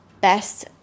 best